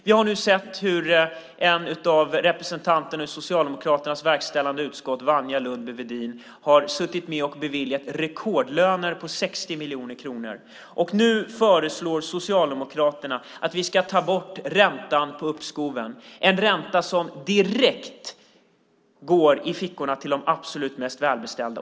Vi har nu sett hur en av representanterna i Socialdemokraternas verkställande utskott, Wanja Lundby-Wedin, har suttit med och beviljat rekordlöner på 60 miljoner kronor, och nu föreslår Socialdemokraterna att vi ska ta bort räntan på uppskoven. De pengarna går direkt i fickorna på de absolut mest välbeställda.